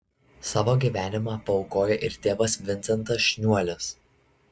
savo gyvenimą paaukojo ir tėvas vincentas šniuolis